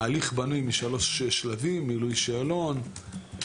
ההליך בנוי משלושה שלבים: מילוי שאלון,